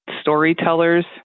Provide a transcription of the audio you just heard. storytellers